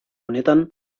honetan